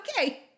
Okay